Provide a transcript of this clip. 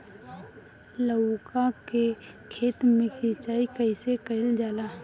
लउका के खेत मे सिचाई कईसे कइल जाला?